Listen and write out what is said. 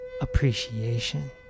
appreciation